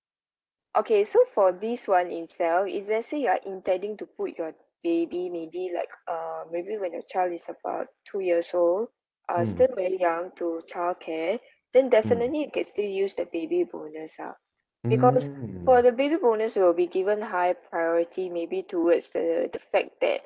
okay so for this one itself if let's say you're intending to put your baby maybe like um maybe when your child is about two years old uh still very young to child care then definitely you can still use the baby bonus ah because for the baby bonus you will be given higher priority maybe towards the the fact that